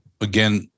again